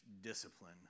discipline